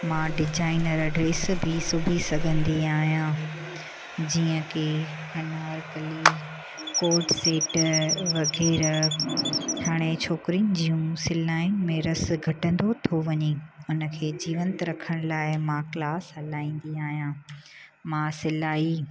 मां डिजाइन वारा ड्रेस बि सिबी सघंदी आहियां जीअं की अनारकली कोड सेट वग़ैरह हाणे छोकिरियुनि जूं सिलाई में रस घटंदो थो वञे हुनखे जीवंत रखण लाइ मां क्लास हलाईंदी आहियां मां सिलाई